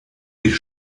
dich